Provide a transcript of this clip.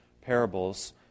parables